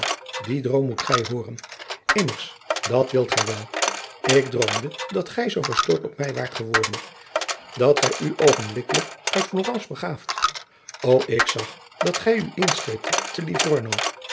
dien droom moet gij hooren immers dat wilt gij wel ik droomde dat gij zoo verstoord op mij waart geworden dat gij u oogenblikkelijk uit florence begaaft ô ik zag dat gij u inscheepte te livorno